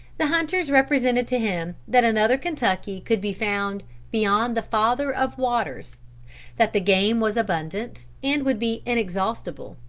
the hunters represented to him that another kentucky could be found beyond the father of waters that the game was abundant and would be inexhaustible,